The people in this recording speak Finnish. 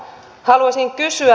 haluaisin kysyä